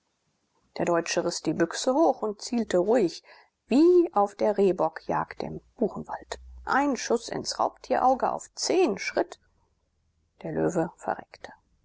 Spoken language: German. der deutsche riß die büchse hoch und zielte ruhig wie auf der rehbockjagd im buchenwald ein schuß ins raubtierauge auf zehn schritt der löwe verreckte